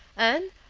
and,